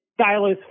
stylus